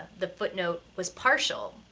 the footnote was partial.